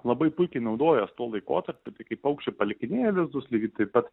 labai puikiai naudojas tuo laikotarpiu tai kai paukščiai palikinėja lizdus lygiai taip pat